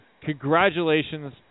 Congratulations